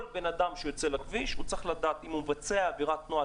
כל בן אדם שיוצא לכביש צריך לדעת אם הוא מבצע עבירת תנועה,